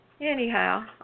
Anyhow